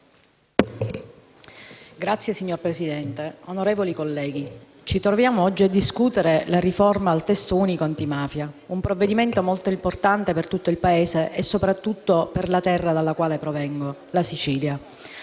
*(PD)*. Signora Presidente, onorevoli colleghi, ci troviamo oggi a discutere la riforma al testo unico antimafia, un provvedimento molto importante per tutto il Paese e soprattutto per la terra dalla quale provengo, la Sicilia.